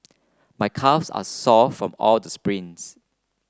my calves are sore from all the sprints